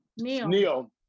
Neil